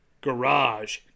Garage